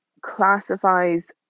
classifies